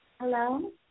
Hello